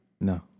No